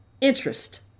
interest